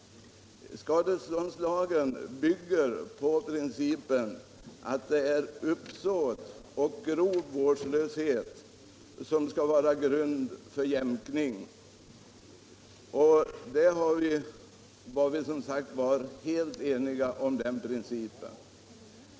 Skadeståndslagen bygger på principen att grund för jämkning skall vara uppsåt och grov vårdslöshet. Den principen var vi helt eniga om.